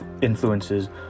Influences